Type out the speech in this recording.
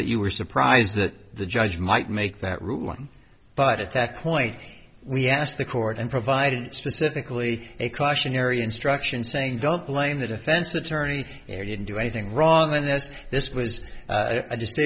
that you were surprised that the judge might make that ruling but at that point we asked the court and provided specifically a cautionary instruction saying don't blame the defense attorney didn't do anything wrong in this this was